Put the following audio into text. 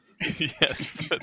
yes